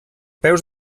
peus